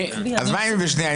אז אם היא בקריאה שנייה?